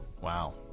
Wow